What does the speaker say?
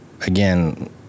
again